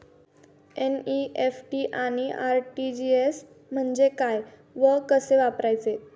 NEFT आणि RTGS म्हणजे काय व कसे वापरायचे?